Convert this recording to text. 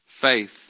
Faith